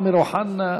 אמיר אוחנה,